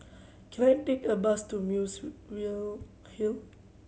can I take a bus to Muswell Hill